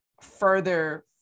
further